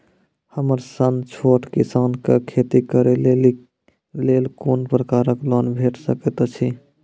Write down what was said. हमर सन छोट किसान कअ खेती करै लेली लेल कून कून प्रकारक लोन भेट सकैत अछि?